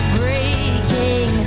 breaking